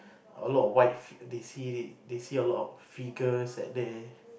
a lot of white they see they see a lot of figures at there